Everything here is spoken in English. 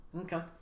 Okay